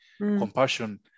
compassion